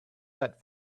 set